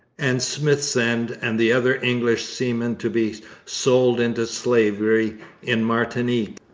and smithsend and the other english seamen to be sold into slavery in martinique.